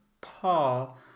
Paul